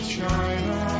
China